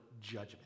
judgment